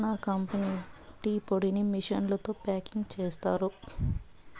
చానా కంపెనీలు టీ పొడిని మిషన్లతో ప్యాకింగ్ చేస్తారు